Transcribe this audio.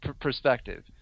perspective